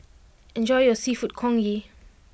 enjoy your Seafood Congee